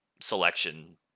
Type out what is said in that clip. selection